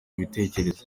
ibitekerezo